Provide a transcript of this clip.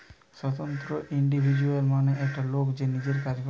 স্বতন্ত্র ইন্ডিভিজুয়াল মানে একটা লোক যে নিজের কাজ করে